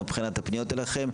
גם מבחינת הפניות אליכם,